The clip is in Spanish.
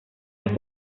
las